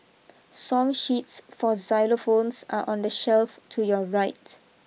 song sheets for xylophones are on the shelf to your right